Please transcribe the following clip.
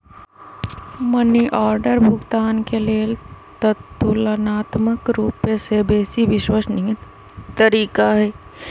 money order भुगतान के लेल ततुलनात्मक रूपसे बेशी विश्वसनीय तरीका हइ